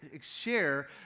share